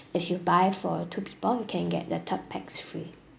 if you buy for two people you can get the third pax free